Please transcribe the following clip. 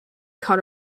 cut